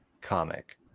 comic